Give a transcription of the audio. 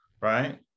right